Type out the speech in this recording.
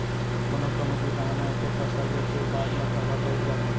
कोनो कोनो किसान ह एके फसल ले के बाद म ठलहा बइठ जाथे